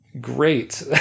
great